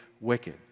wicked